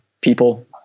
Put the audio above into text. people